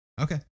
Okay